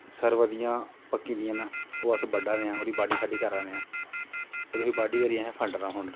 सरबतियां पक्की दियां न ओह् अस बड्ढा दे आं ओह्दी बाड्ढी करा नै आं होर ओह्दी बाड्ढी होये दी उसी असें फंडना